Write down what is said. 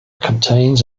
contains